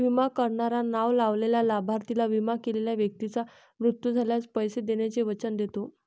विमा करणारा नाव लावलेल्या लाभार्थीला, विमा केलेल्या व्यक्तीचा मृत्यू झाल्यास, पैसे देण्याचे वचन देतो